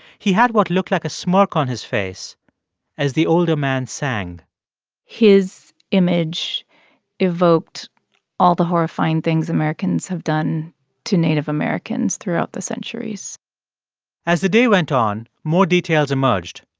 he had what looked like a smirk on his face as the older man sang his image evoked all the horrifying things americans have done to native americans throughout the centuries as the day went on, more details emerged.